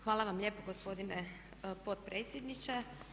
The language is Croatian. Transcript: Hvala vam lijepo gospodine potpredsjedniče.